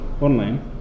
online